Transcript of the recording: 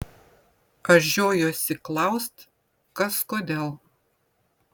aš žiojuosi klaust kas kodėl